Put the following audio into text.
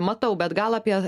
matau bet gal apie